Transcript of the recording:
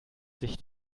sich